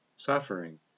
suffering